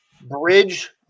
bridge